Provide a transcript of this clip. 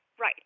Right